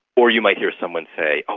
or you might hear someone say, ah